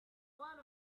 one